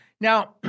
Now